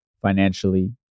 financially